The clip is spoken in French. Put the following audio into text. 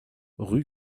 rue